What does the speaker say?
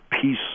peace